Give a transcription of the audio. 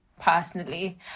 personally